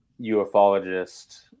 ufologist